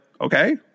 okay